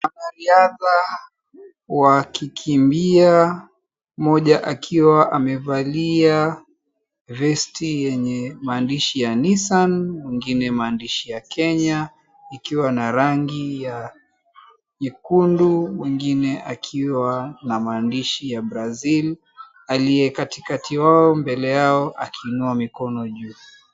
Wanariadha wakikimbia moja akiwa amevalia vesti yenye maandishi ya Nissan, mwingine maandishi ya Kenya ikiwa na rangi ya nyekundu, mwingine akiwa na maandishi ya Brazil aliye katikati wao mbele yao akiinua mikono juu